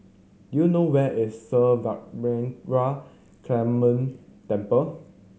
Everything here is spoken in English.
do you know where is Sri Vadapathira Kaliamman Temple